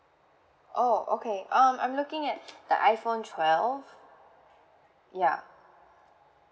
oh okay um I'm looking at the iphone twelve yup